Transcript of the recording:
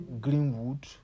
Greenwood